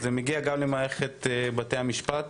זה נוגע גם למערכת בתי המשפט,